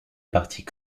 partie